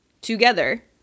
together